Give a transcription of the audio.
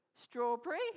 strawberry